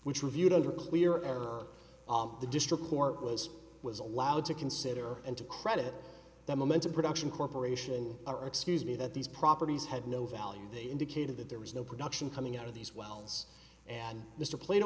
which reviewed under we're ever the district court was was allowed to consider and to credit the momentum production corporation or excuse me that these properties had no value that indicated that there was no production coming out of these wells and mr plat